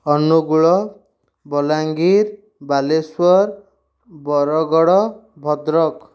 Angul Balangir Baleswar Bargarh Bhadrak